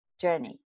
journey